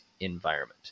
environment